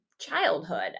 childhood